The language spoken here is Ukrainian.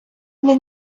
для